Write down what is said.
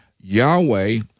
Yahweh